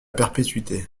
perpétuité